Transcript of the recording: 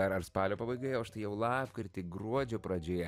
ar ar spalio pabaigoje o štai jau lapkritį gruodžio pradžioje